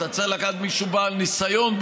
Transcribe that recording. אתה צריך לקחת מישהו בעל ניסיון,